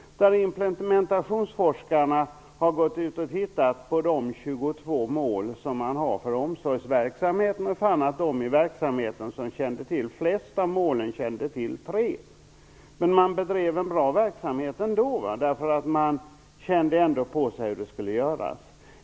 Implementationsforskarna gick ut och tittade på de 22 mål som finns för omsorgsverksamheten. De fann att de i verksamheten som kände till flest mål kände till tre. Men man bedrev ändå en bra verksamhet. Man kände på sig hur det skulle göras.